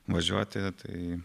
važiuoti tai